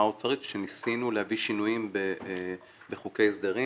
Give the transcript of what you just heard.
האוצרית כשניסינו להביא שינויים בחוקי הסדרים.